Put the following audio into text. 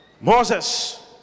Moses